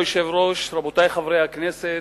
אדוני היושב-ראש, רבותי חברי הכנסת,